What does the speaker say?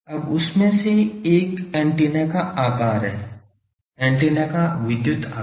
अब उस में से एक एंटीना का आकार है एंटीना का विद्युत आकार